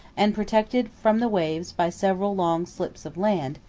and protected from the waves by several long slips of land,